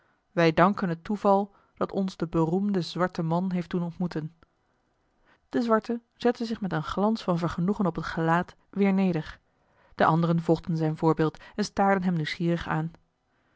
wij danken het toeval dat ons den beroemden zwarten man heeft doen ontmoeten de zwarte zette zich met een glans van vergenoegen op het gelaat weer neder de anderen volgden zijn voorbeeld en staarden hem nieuwsgierig aan